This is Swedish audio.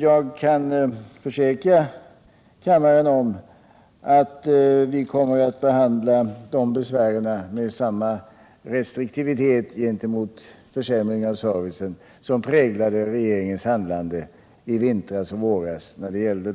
Jag kan försäkra kammaren att vi vid behandlingen av dessa besvär kommer att iaktta samma restriktivitet när det gäller försämring av servicen som präglade regeringens handlande i vintras och våras i